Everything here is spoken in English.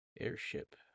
airship